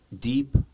deep